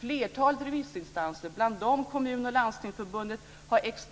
Flertalet remissinstanser, bland dem Kommunförbundet och Landstingsförbundet,